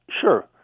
sure